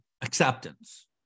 acceptance